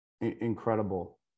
Incredible